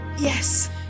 Yes